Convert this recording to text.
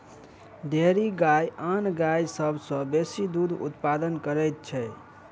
dairy गाय आन गाय सभ सॅ बेसी दूध उत्पादन करैत छै